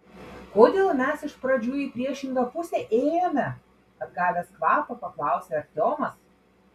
kodėl mes iš pradžių į priešingą pusę ėjome atgavęs kvapą paklausė artiomas